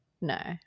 no